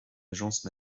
agence